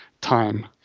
time